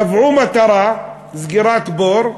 קבעו מטרה: סגירת בור.